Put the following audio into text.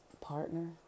partner